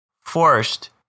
forced